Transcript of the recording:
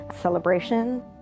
celebration